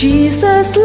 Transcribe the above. Jesus